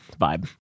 vibe